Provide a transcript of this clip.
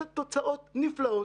שהן תוצאות נפלאות.